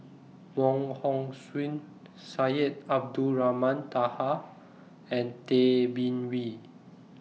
Wong Hong Suen Syed Abdulrahman Taha and Tay Bin Wee